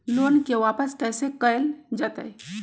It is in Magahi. लोन के वापस कैसे कैल जतय?